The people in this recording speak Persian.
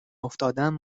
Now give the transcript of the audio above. افتادم